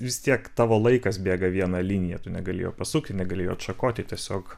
vis tiek tavo laikas bėga viena linija tu negali jo pasukti negal atšakoti tiesiog